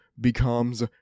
becomes